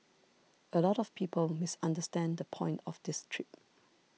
a lot of people misunderstand the point of this trip